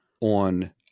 on